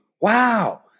wow